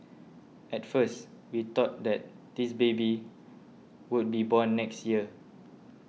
at first we thought that this baby would be born next year